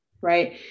Right